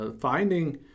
finding